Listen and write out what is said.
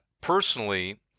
personally